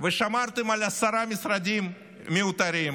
ושמרתם על עשרה משרדים מיותרים,